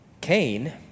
Cain